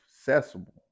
accessible